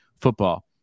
football